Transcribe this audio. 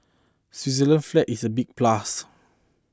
Switzerland flag is a big plus